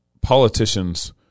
politicians